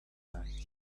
night